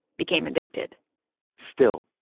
became addicted still,